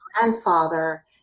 grandfather